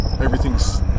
everything's